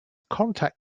contact